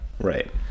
Right